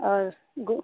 और गो